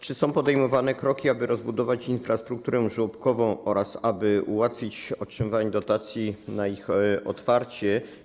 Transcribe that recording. Czy są podejmowane kroki, aby rozbudować infrastrukturę żłobkową oraz ułatwić otrzymywanie dotacji na ich otwarcie?